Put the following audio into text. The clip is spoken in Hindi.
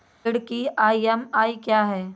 ऋण की ई.एम.आई क्या है?